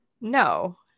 No